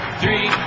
three